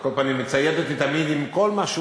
על כל פנים מצייד אותי תמיד עם כל מה שהוא